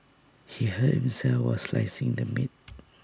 he hurt himself while slicing the meat